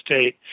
state